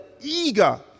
eager